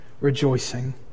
rejoicing